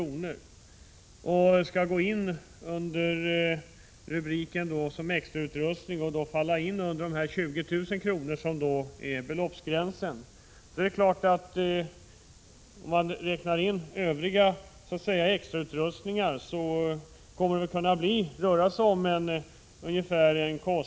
I propositionen föreslås att den skall räknas som extrautrustning och alltså inrymmas i de 20 000 kr. som satts som gräns. Men om man räknar in övrig extrautrustning kommer en kostnad på 9 000-10 000 kr.